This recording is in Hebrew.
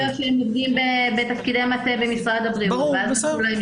יכול להיות שהם עובדים בתפקידי מטה במשרד הבריאות ואז נתנו להם